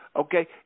okay